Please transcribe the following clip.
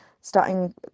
starting